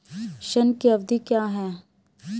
ऋण की अवधि क्या है?